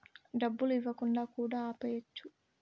డబ్బులు ఇవ్వకుండా కూడా ఆపేయచ్చు